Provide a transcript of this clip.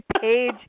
page